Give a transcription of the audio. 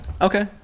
Okay